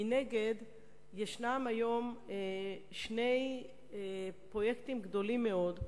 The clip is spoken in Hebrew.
מנגד, יש היום שני פרויקטים גדולים מאוד,